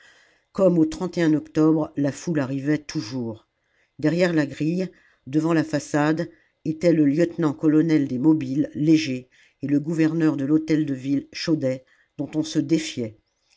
comme au octobre la foule arrivait toujours derrière la grille devant la façade était le lieutenant-colonel des mobiles léger et le gouverneur de l'hôtel-de-ville chaudey dont on se défiait